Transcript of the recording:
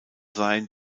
sein